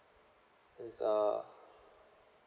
it's uh